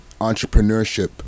entrepreneurship